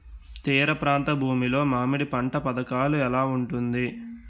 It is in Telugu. తీర ప్రాంత భూమి లో మామిడి పంట పథకాల ఎలా ఉంటుంది?